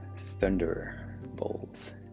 thunderbolts